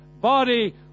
body